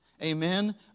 Amen